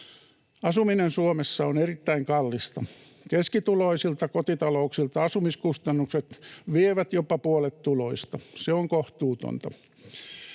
Asuminen Suomessa on erittäin kallista. Keskituloisilta kotitalouksilta asumiskustannukset vievät jopa puolet tuloista. Se on kohtuutonta.